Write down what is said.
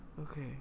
Okay